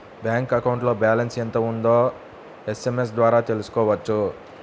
bank అకౌంట్లో balance ఎంత ఉందో ఎస్ఎంఎస్ ద్వారా తెలుసుకోవచ్చు